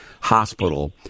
Hospital